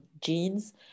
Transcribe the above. jeans